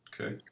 Okay